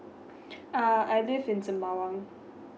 uh I live in sembawang